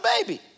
baby